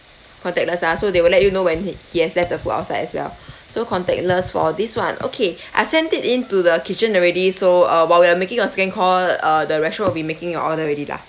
contactless ah so they will let you know when he he has left the food outside as well so contactless for this one okay I've sent it in to the kitchen already so uh while we're making your second call uh the restaurant will be making your order already lah